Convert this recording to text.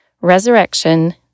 resurrection